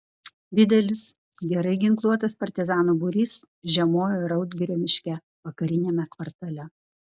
didelis gerai ginkluotas partizanų būrys žiemojo raudgirio miške vakariniame kvartale